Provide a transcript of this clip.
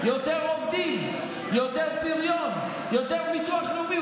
יותר עובדים, יותר פריון, יותר ביטוח לאומי.